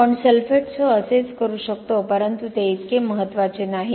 आपण सल्फेट्ससह असेच करू शकतो परंतु ते इतके महत्त्वाचे नाहीत